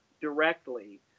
directly